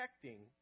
protecting